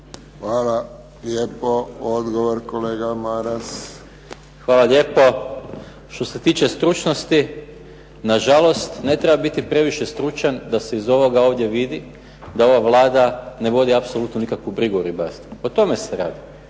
Maras. **Maras, Gordan (SDP)** Hvala lijepo. Što se tiče stručnosti, nažalost ne treba biti previše stručan da se iz ovoga vidi da ova Vlada ne vodi apsolutno nikakvu brigu o ribarstvu. O tome se radi.